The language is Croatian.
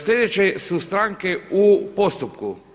Slijedeće su stranke u postupku.